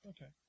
Okay